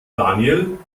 daniel